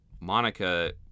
Monica